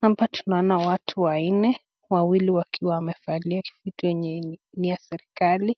Hapa tunaona watu wanne ,wawili wakiwa wamevalia vitu yenye ni ya serikali.